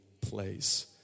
place